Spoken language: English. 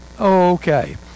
Okay